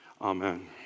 amen